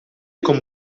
con